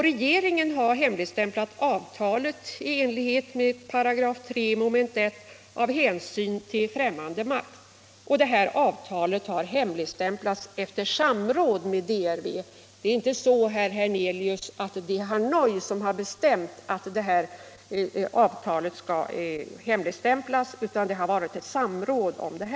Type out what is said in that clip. Regeringen har hemligstämplat avtalet i enlighet med 3 § mom. 1 av hänsyn till främmande makt. Detta avtal har hemligstämplats efter samråd med DRV. Det är inte så, herr Hernelius, att Hanoi har bestämt att detta avtal skall hemligstämplas utan det har varit ett samråd om detta.